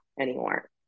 anymore